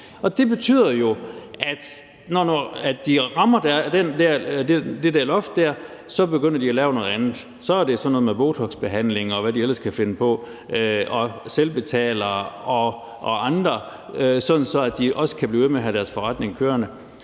Det betyder jo, at når de rammer det der loft der, begynder de at lave noget andet. Så er det sådan noget med botoxbehandling, og hvad de ellers kan finde på, selvbetalere og andre, sådan at de også kan blive ved med at have deres forretning kørende.